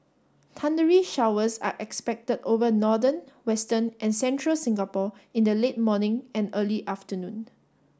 thundery showers are expected over northern western and central Singapore in the late morning and early afternoon